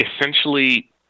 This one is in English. essentially